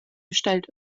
bestellt